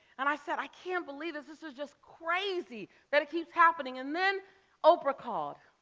and i said, i can't believe this, this is just crazy that it keeps happening. and then oprah called.